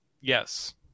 Yes